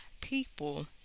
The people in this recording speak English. people